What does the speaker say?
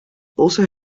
also